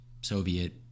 soviet